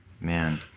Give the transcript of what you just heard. man